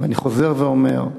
ואני חוזר ואומר,